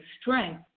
strength